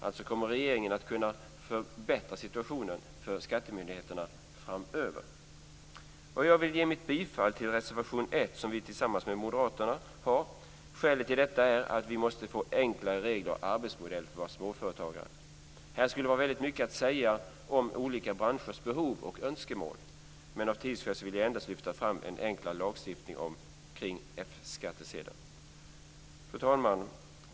Alltså: Kommer regeringen att kunna förbättra situationen för skattemyndigheterna framöver? Jag vill ge mitt bifall till reservation 1, som vi har tillsammans med moderaterna. Skälet till detta är att vi måste få till enkla regler och arbetsmodeller för våra småföretagare. Här skulle det vara väldigt mycket att säga om olika branschers behov och önskemål. Men av tidsskäl vill jag endast lyfta fram en enklare lagstiftning omkring F-skattsedeln. Fru talman!